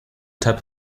type